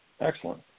Excellent